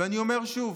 ואני אומר שוב,